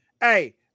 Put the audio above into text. Hey